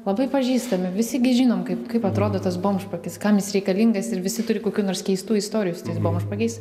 labai pažįstami visi gi žinom kaip kaip atrodo tas bomžpakis kam jis reikalingas ir visi turi kokių nors keistų istorijų su tais bomžpakiais